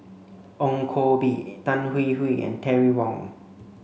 Ong Koh Bee Tan Hwee Hwee and Terry Wong